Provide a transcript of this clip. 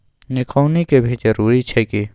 निकौनी के भी जरूरी छै की?